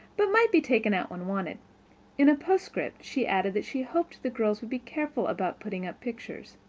but might be taken out when wanted in a postscript she added that she hoped the girls would be careful about putting up pictures.